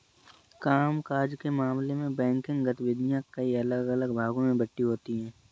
काम काज के मामले में बैंकिंग गतिविधियां कई अलग अलग भागों में बंटी होती हैं